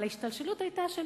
אבל ההשתלשלות היתה של